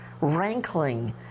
rankling